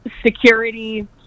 security